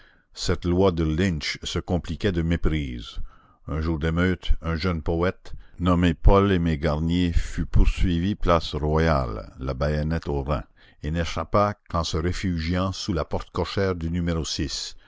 cette loi de lynch se compliquait de méprises un jour d'émeute un jeune poète nommé paul aimé garnier fut poursuivi place royale la bayonnette aux reins et n'échappa qu'en se réfugiant sous la porte cochère du numéro